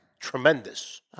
tremendous